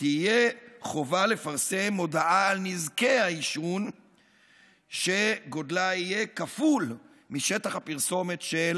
תהיה חובה לפרסם מודעה על נזקי העישון שגודלה יהיה כפול משטח הפרסומת של